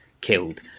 killed